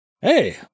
Hey